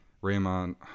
Raymond